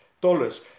dollars